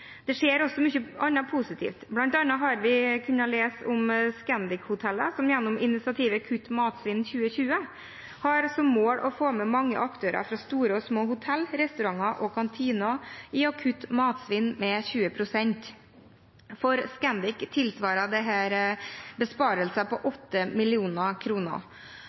Det skjer også mye annet positivt. Blant annet har vi kunnet lese om Scandic-hotellene, som gjennom initiativet Kutt Matsvinn 2020 har som mål å få mange aktører fra store og små hotell, restauranter og kantiner med på å kutte matsvinn med 20 pst. For Scandic tilsvarer dette besparelser på